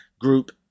group